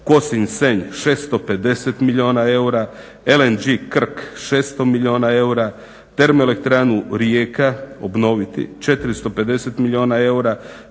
Kosinj-Senj 650 milijuna eura, LNG Krk 600 milijuna eura, termoelektranu Rijeka obnoviti 450 milijuna eura,